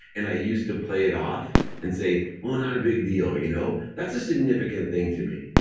and i used to play it off and say, oh not a big deal, you know that's a significant thing to me.